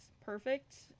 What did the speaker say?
Perfect